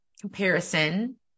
comparison